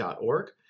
org